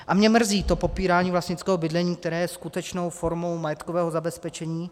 A mě mrzí to popírání vlastnického bydlení, které je skutečnou formou majetkového zabezpečení.